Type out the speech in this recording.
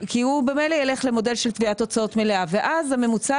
כי הוא ממילא יילך למודל של תביעת הוצאות מלאה ואז הממוצע